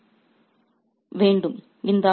அவர் வேண்டும்